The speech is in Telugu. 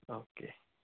ఓకే